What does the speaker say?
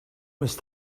must